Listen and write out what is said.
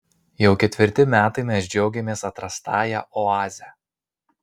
jau ketvirti metai mes džiaugiamės atrastąja oaze